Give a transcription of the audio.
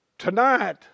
Tonight